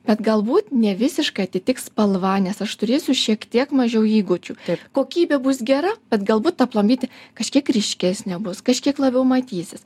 bet galbūt ne visiškai atitiks spalva nes aš turėsiu šiek tiek mažiau įgūdžių kokybė bus gera bet galbūt ta plombytė kažkiek ryškesnė bus kažkiek labiau matysis